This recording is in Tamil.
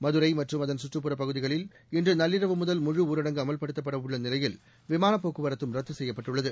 மதுரை மற்றும் அதன் சுற்றுப்புறப் பகுதிகளில் இன்று நள்ளிரவு முதல் முழுஊரடங்கு அமல்படுத்தப்படவுள்ள நிலையில் விமானப் போக்குவரத்தும் ரத்து செய்யப்பட்டுள்ளது